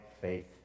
faith